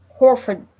Horford